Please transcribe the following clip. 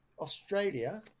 Australia